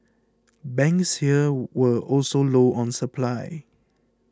banks here were also low on supply